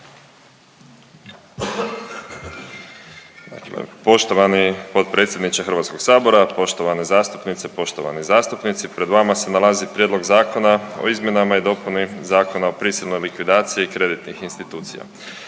Poštovani potpredsjedniče HS-a, poštovane zastupnice, poštovani zastupnici. Pred vama je nalazi Prijedlog zakona o izmjenama i dopuni Zakona o prisilnoj likvidaciji kreditnih institucija.